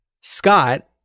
Scott